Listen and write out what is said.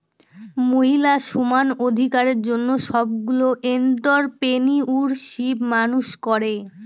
মহিলা সমানাধিকারের জন্য সবগুলো এন্ট্ররপ্রেনিউরশিপ মানুষ করে